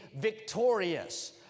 victorious